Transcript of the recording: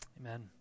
Amen